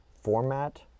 format